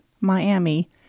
Miami